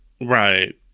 Right